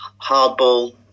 hardball